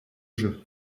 jeu